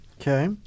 Okay